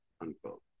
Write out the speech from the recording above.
unquote